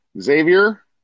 Xavier